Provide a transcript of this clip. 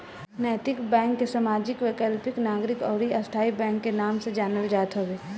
नैतिक बैंक के सामाजिक, वैकल्पिक, नागरिक अउरी स्थाई बैंक के नाम से जानल जात हवे